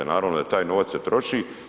Naravno da taj novac se troši.